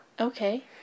Okay